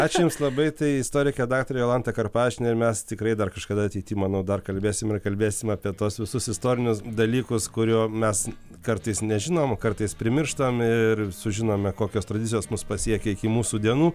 ačiū jums labai tai istorikė daktarė jolanta karpavičienė ir mes tikrai dar kažkada ateity manau dar kalbėsim ir kalbėsim apie tuos visus istorinius dalykus kurių mes kartais nežinom kartais primirštam ir sužinome kokios tradicijos mus pasiekė iki mūsų dienų